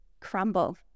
crumble